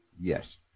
Yes